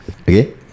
okay